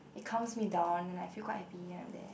it calm me down and I feel quite happy and I am there